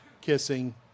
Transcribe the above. kissing